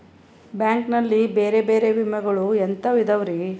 Bank ನಲ್ಲಿ ಬೇರೆ ಬೇರೆ ವಿಮೆಗಳು ಎಂತವ್ ಇದವ್ರಿ?